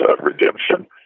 redemption